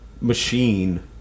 machine